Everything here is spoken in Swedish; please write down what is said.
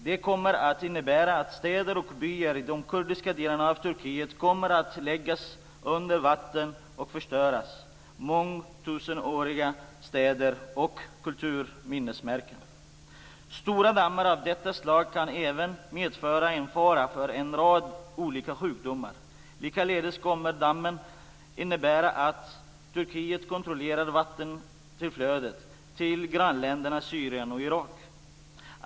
Det kommer att innebära att städer och byar i de kurdiska delarna av Turkiet kommer att läggas under vatten och förstöras - mångtusenåriga städer och kulturminnesmärken! Stora dammar av detta slag kan även medföra fara för en rad olika sjukdomar. Likaledes kommer dammen att innebära att Turkiet kontrollerar vattentillflödet till grannländerna Syrien och Irak.